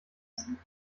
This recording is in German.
essen